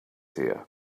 here